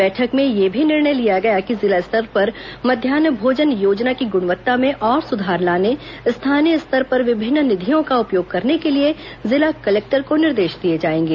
बैठक में यह भी निर्णय लिया गया कि जिला स्तर पर मध्यान्ह भोजन योजना की गुणवत्ता में और सुधार लाने स्थानीय स्तर पर विभिन्न निधियों का उपयोग करने के लिए जिला कलेक्टर को निर्देश दिए जाएंगे